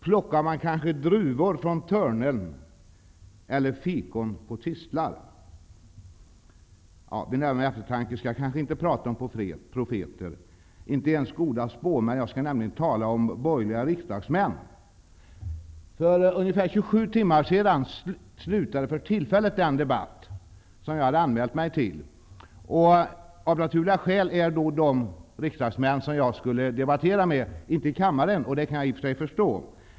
Plockar man kanske druvor från törnen eller fikon på tistlar?'' Vid närmare eftertanke skall jag kanske inte prata om profeter, inte ens goda spåmän. Jag skall nämligen tala om borgerliga riksdagsmän. För ungefär 27 timmar sedan slutade för tillfället den debatt som jag hade anmält mig till. Av naturliga skäl är då de riksdagsmän som jag ville debattera med inte i kammaren, det kan jag i och för sig förstå.